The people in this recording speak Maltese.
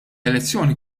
elezzjoni